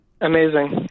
amazing